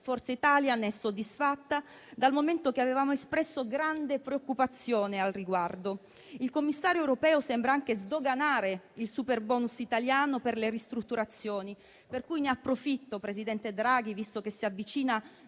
Forza Italia ne è soddisfatta, dal momento che avevamo espresso grande preoccupazione al riguardo. Il commissario europeo sembra anche sdoganare il superbonus italiano per le ristrutturazioni, per cui ne approfitto, presidente Draghi, visto che si avvicina